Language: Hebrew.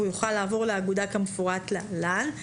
והוא יוכל לעבור לאגודה כמפורט להלן: